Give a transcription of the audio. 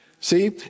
See